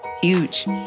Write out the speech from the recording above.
Huge